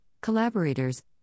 collaborators